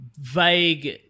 vague